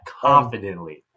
confidently